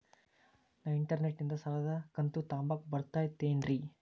ನಾ ಇಂಟರ್ನೆಟ್ ನಿಂದ ಸಾಲದ ಕಂತು ತುಂಬಾಕ್ ಬರತೈತೇನ್ರೇ?